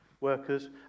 workers